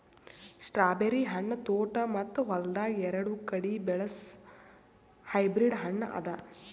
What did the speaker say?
strawberry ಹಣ್ಣ ತೋಟ ಮತ್ತ ಹೊಲ್ದಾಗ್ ಎರಡು ಕಡಿ ಬೆಳಸ್ ಹೈಬ್ರಿಡ್ ಹಣ್ಣ ಅದಾ